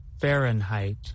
Fahrenheit